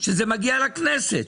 ושזה מגיע לכנסת.